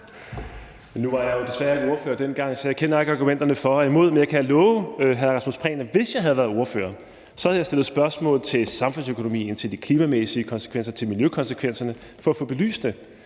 Nu var jeg jo desværre ikke ordfører dengang, så jeg kender ikke argumenterne for og imod. Men jeg kan love hr. Rasmus Prehn, at hvis jeg havde været ordfører, havde jeg stillet spørgsmål til samfundsøkonomien, til de klimamæssige konsekvenser og til miljøkonsekvenserne for at få belyst det.